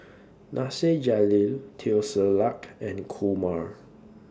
Nasir Jalil Teo Ser Luck and Kumar